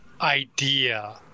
idea